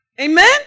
Amen